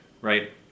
Right